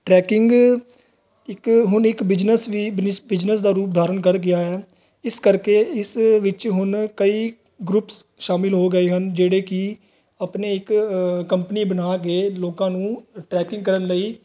trekking ਇੱਕ ਹੁਣ ਇੱਕ ਬਿਜਨਸ ਵੀ ਬਿਨਸ ਬਿਜਨਸ ਦਾ ਰੂਪ ਧਾਰਨ ਕਰ ਗਿਆ ਹੈ ਇਸ ਕਰਕੇ ਇਸ ਵਿੱਚ ਹੁਣ ਕਈ ਗਰੁੱਪਸ ਸ਼ਾਮਿਲ ਹੋ ਗਏ ਹਨ ਜਿਹੜੇ ਕਿ ਆਪਣੇ ਇੱਕ ਕੰਪਨੀ ਬਣਾ ਕੇ ਲੋਕਾਂ ਨੂੰ ਟਰੈਕਿੰਗ ਕਰਨ ਲਈ